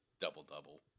double-double